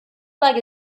flag